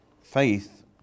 faith